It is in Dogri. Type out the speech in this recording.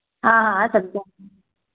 हां हां समझै नी